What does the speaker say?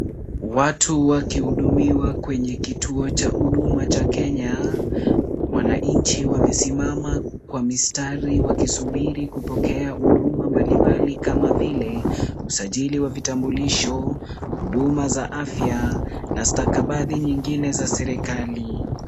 Watu wakihudumiwa kwenye kituo cha huduma cha Kenya. Wananchi wamesimama kwa mistari, wakisubiri kupokea huduma mbalimbali kama vile usajili wa vitambulisho, huduma za afya na stakabadhi nyingine za serikali.